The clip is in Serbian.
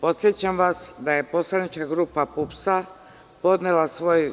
Podsećam vas da je poslanička grupa PUPS podnela svoj